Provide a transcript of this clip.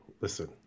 listen